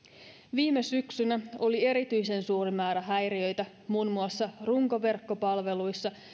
viime syksynä oli erityisen suuri määrä häiriöitä muun muassa runkoverkkopalveluissa